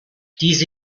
diese